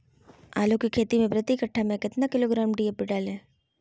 आलू की खेती मे प्रति कट्ठा में कितना किलोग्राम डी.ए.पी डाले?